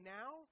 now